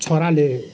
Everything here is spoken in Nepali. छोराले